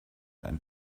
ein